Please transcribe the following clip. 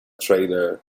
trailer